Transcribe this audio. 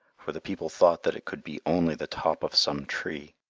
for the people thought that it could be only the top of some tree.